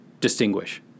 distinguish